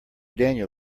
daniel